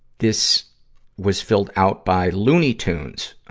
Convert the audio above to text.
this was filled out by looney tunes,